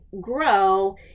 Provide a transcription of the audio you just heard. grow